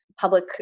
Public